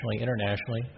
internationally